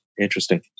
Interesting